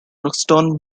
ruston